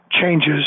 changes